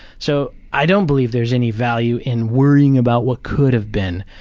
so i don't believe there's any value in worrying about what could have been.